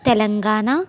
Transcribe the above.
Telangana